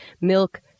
Milk